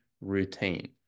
routine